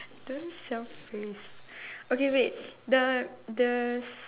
don't selfish okay wait the the